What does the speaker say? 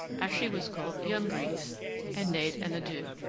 as she was called young grise and neighed an adieu.